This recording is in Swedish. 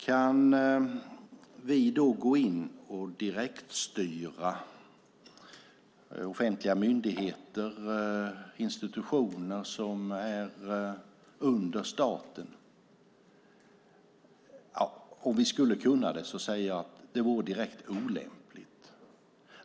Kan vi då gå in och direktstyra offentliga myndigheter och institutioner som står under staten? Även om vi skulle kunna det så säger jag att det vore direkt olämpligt.